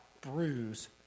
bruise